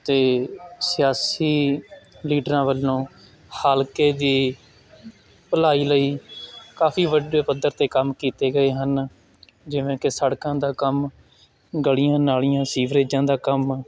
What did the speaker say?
ਅਤੇ ਸਿਆਸੀ ਲੀਡਰਾਂ ਵੱਲੋਂ ਹਲਕੇ ਦੀ ਭਲਾਈ ਲਈ ਕਾਫੀ ਵੱਡੇ ਪੱਧਰ 'ਤੇ ਕੰਮ ਕੀਤੇ ਗਏ ਹਨ ਜਿਵੇਂ ਕਿ ਸੜਕਾਂ ਦਾ ਕੰਮ ਗਲੀਆਂ ਨਾਲੀਆਂ ਸੀਵਰੇਜਾਂ ਦਾ ਕੰਮ